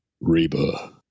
Reba